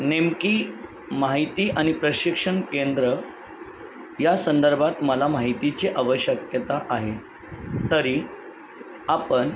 नेमकी माहिती आणि प्रशिक्षण केंद्र या संदर्भात मला माहितीची आवश्यकता आहे तरी आपण